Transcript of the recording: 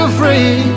free